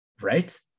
right